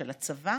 של הצבא